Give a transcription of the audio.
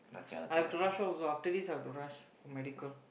I have to rush home also after this I have to rush for medical